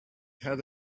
had